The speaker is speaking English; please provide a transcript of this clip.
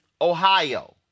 Ohio